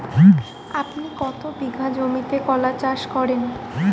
আপনি কত বিঘা জমিতে কলা চাষ করেন?